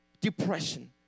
depression